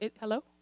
Hello